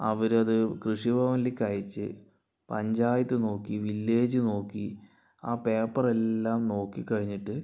അവരത് കൃഷിഭവനിലേക്ക് അയച്ച് പഞ്ചായത്ത് നോക്കി വില്ലേജ് നോക്കി ആ പേപ്പർ എല്ലാം നോക്കി കഴിഞ്ഞിട്ട്